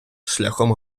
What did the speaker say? шляхом